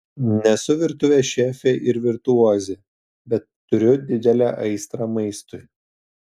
nesu virtuvės šefė ir virtuozė bet turiu didelę aistrą maistui